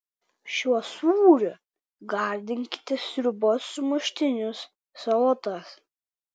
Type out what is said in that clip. šiuo sūriu gardinkite sriubas sumuštinius salotas